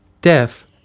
death